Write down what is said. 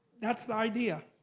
that's the idea.